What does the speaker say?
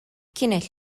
kienet